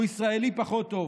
הוא ישראלי פחות טוב.